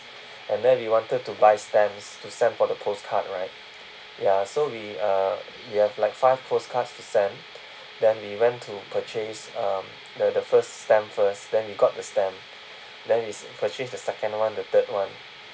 and then we wanted to buy stamps to send for the postcard right ya so we uh we have like five postcards to send then we went to purchase uh the the first stamp first then we got the stamp then we purchase the second one the third one